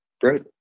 great